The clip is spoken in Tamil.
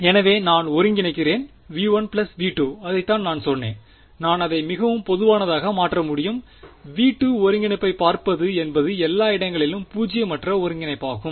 எனவே நான் ஒருங்கிணைக்கிறேன் V1 V2 அதைத்தான் நான் சொன்னேன் நான் அதை மிகவும் பொதுவானதாக மாற்ற முடியும் V2ஒருங்கிணைப்பைப் பார்ப்பது என்பது எல்லா இடங்களிலும் பூஜ்ஜியமற்ற ஒருங்கிணைப்பாகும்